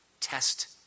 test